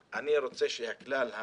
למי אתה רוצה לתת את שיקול הדעת הזה?